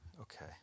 Okay